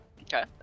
Okay